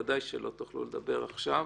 אם שנינו יכולים לדבר, אז --- תודה,